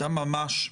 ממש.